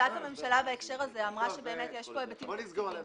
החלטת הממשלה בהקשר הזה אמרה שיש פה היבטים תקציביים.